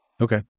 Okay